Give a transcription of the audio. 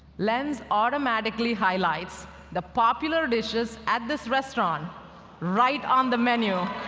lens automatically highlights the popular dishes at this restaurant right on the menu.